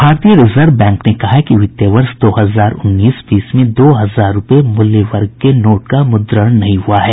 भारतीय reserve bank ने कहा है कि वित्तीय वर्ष दो हजार उन्नीस बीस में दो हजार रुपये मूल्य वर्ग के नोट का मुद्रण नहीं हुआ है